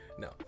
No